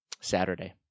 Saturday